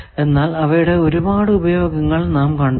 എന്നാൽ അവയുടെ ഒരുപാട് ഉപയോഗങ്ങൾ നാം കണ്ടതാണ്